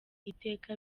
iteka